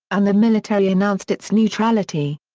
and the military announced its neutrality.